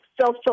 social